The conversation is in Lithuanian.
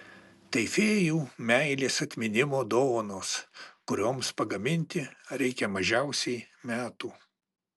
tai fėjų meilės atminimo dovanos kurioms pagaminti reikia mažiausiai metų